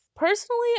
Personally